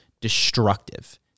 destructive